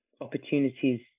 opportunities